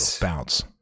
bounce